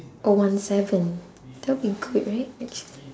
or one seven that'll be good right actually